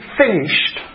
finished